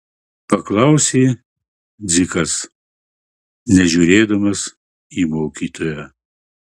paklausė dzikas nežiūrėdamas į mokytoją